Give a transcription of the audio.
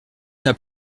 n’a